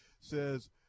says